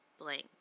blank